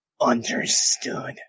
understood